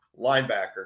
linebacker